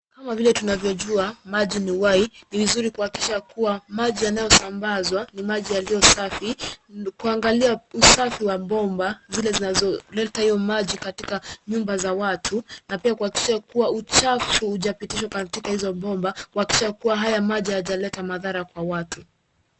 Kama vile tunavyojua, maji ni uhai, ni vizuri kuhakikisha kuwa maji yanayosambazwa ni maji yaliyo safi, kuangalia usafi wa bomba zile zinazoleta hiyo maji katika nyumba za watu na pia kuhakikisha kuwa uchafu hujapitishwa katika hizo bomba kuhakikisha ya kuwa haya maji hayajaleta madhara kwa watu.